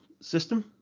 system